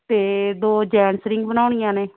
ਅਤੇ ਦੋ gents ring ਬਣਾਉਣੀਆਂ ਨੇ